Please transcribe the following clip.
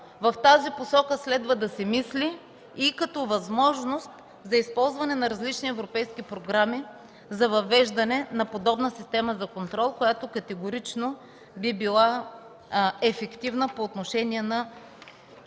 в тази посока следва да се мисли и като възможност за използване на различни европейски програми за въвеждане на подобна система за контрол, която категорично би била ефективна по отношение на